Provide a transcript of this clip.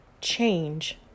change